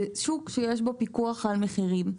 זה שוק שיש בו פיקוח על מחירים.